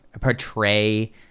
portray